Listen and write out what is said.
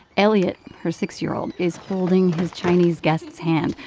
elliott, her six year old is holding his chinese guest's hand,